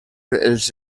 els